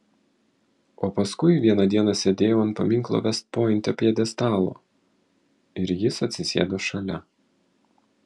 o paskui vieną dieną sėdėjau ant paminklo vest pointe pjedestalo ir jis atsisėdo šalia